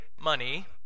money